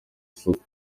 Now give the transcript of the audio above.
isoko